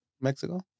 Mexico